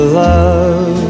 love